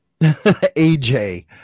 AJ